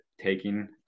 taking